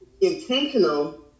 Intentional